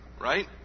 right